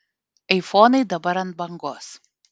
aifonai dabar ant bangos